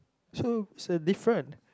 so is a different